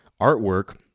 artwork